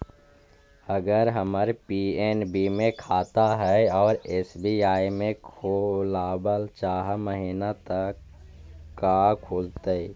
अगर हमर पी.एन.बी मे खाता है और एस.बी.आई में खोलाबल चाह महिना त का खुलतै?